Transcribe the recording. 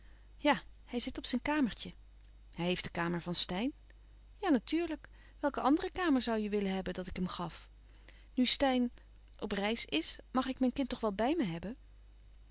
ja hij zit op zijn kamertje hij heeft de kamer van steyn ja natuurlijk welke andere kamer zoû je willen hebben dat ik hem gaf nu steyn op reis is mag ik mijn kind toch wel bij me hebben